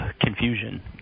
confusion